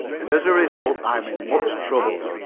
and as a result i am in much trouble.